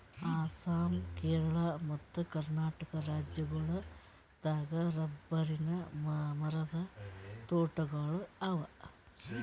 ಅಸ್ಸಾಂ ಕೇರಳ ಮತ್ತ್ ಕರ್ನಾಟಕ್ ರಾಜ್ಯಗೋಳ್ ದಾಗ್ ರಬ್ಬರಿನ್ ಮರದ್ ತೋಟಗೋಳ್ ಅವಾ